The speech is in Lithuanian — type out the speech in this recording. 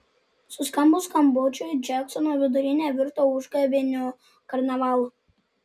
suskambus skambučiui džeksono vidurinė virto užgavėnių karnavalu